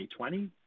2020